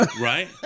Right